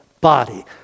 body